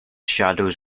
shadows